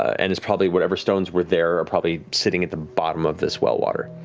and it's probably, whatever stones were there are probably sitting at the bottom of this well water.